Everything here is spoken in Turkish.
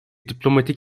diplomatik